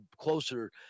closer